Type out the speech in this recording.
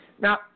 Now